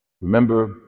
Remember